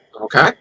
Okay